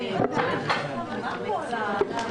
הישיבה ננעלה